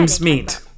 meet